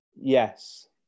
Yes